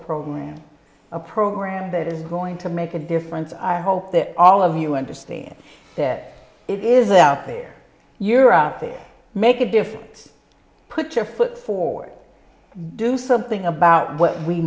program a program that is going to make a difference i hope that all of you want to stay there it is out there you're out there make a difference put your foot forward do something about what we